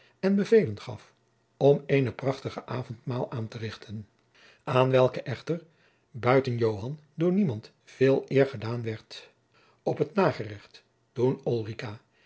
en bevelen gaf om eenen prachtigen avondmaaltijd aan te richten aan welken echter buiten joan door niemand veel eer gedaan werd op het nagerecht toen